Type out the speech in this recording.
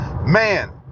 Man